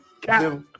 Cap